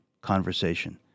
conversation